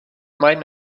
might